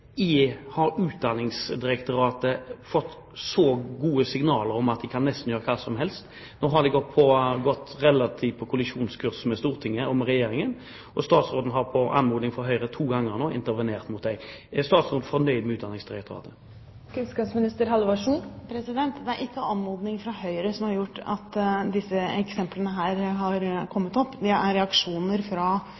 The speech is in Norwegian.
Har Utdanningsdirektoratet fått gode signaler om at de nesten kan gjøre hva som helst? Nå har de vært på kollisjonskurs med Stortinget og med Regjeringen, og statsråden har på Høyres anmodning to ganger nå intervenert her. Er statsråden fornøyd med Utdanningsdirektoratet? Det er ikke etter Høyres anmodning at disse eksemplene her har kommet opp, det er etter reaksjoner fra elever og lærere og Skole-Norge på at endringen har